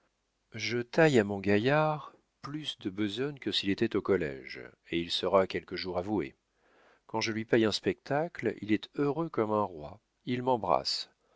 je taille à mon gaillard plus de besogne que s'il était au collége et il sera quelque jour avoué quand je lui paye un spectacle il est heureux comme un roi il m'embrasse